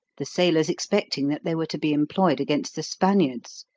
the sailors expecting that they were to be employed against the spaniards.